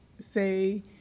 say